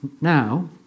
now